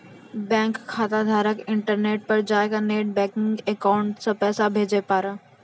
bank खाताधारक internet पर जाय कै नेट बैंकिंग अकाउंट से पैसा भेजे पारै